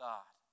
God